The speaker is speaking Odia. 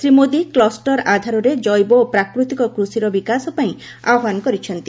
ଶ୍ରୀ ମୋଦୀ କ୍ଲୁଷ୍ଟର ଆଧାରରେ ଜୈବ ଓ ପ୍ରାକୃତିକ କୃଷିର ବିକାଶ ପାଇଁ ଆହ୍ୱାନ କରିଛନ୍ତି